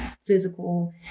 physical